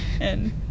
and-